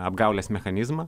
apgaulės mechanizmą